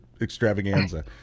Extravaganza